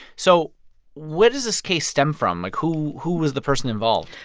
so what does this case stem from? like, who who was the person involved?